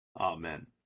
Amen